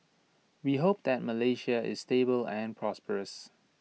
we hope that Malaysia is stable and prosperous